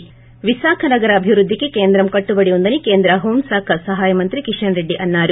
ి విశాఖ నగర అభివృద్ధికి కేంద్రం కట్టుబడి ఉందని కేంద్ర హోం శాఖ సహాయ మంత్రి కిషన్ రెడ్డి అన్సారు